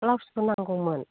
ब्लाउसबो नांगौमोन